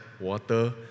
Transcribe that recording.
water